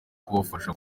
kubafasha